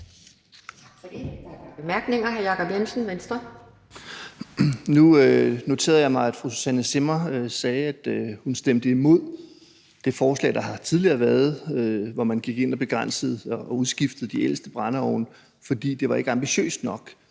Nu noterede jeg mig, at fru Susanne Zimmer sagde, at hun stemte imod det forslag, der tidligere har været, hvor man gik ind og begrænsede og udskiftede de ældste brændeovne, fordi det ikke var ambitiøst nok.